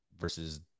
versus